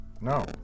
No